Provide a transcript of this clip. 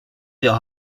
jahr